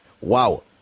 Wow